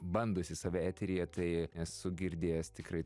bandosi save eteryje tai esu girdėjęs tikrai